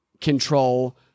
control